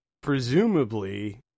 presumably